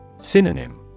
Synonym